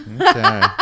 Okay